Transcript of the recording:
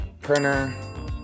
Printer